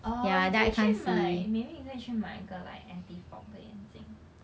orh 你可以去买 maybe 你可以去买一个 like anti fog 的眼镜